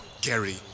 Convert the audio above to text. Gary